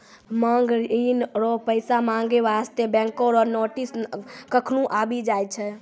मांग ऋण रो पैसा माँगै बास्ते बैंको रो नोटिस कखनु आबि जाय छै